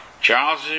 Charles